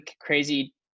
crazy